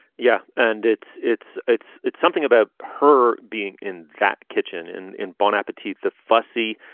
yeah, and it's it's it's it's something about her being in that kitchen in in bon appetit, the fussy,